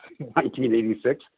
1986